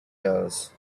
else